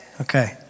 Okay